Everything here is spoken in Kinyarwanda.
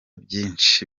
byinshi